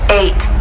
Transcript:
eight